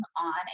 on